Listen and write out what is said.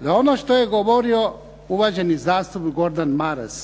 da ono što je govorio uvaženi zastupnik Gordan Maras